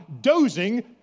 dozing